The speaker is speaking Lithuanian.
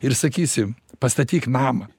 ir sakysim pastatyk namą